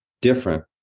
different